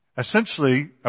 Essentially